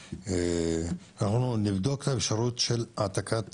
אנחנו נבדוק את האפשרות של העתקת